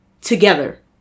together